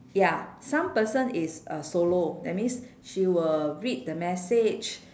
ya some person is uh solo that means she will read the message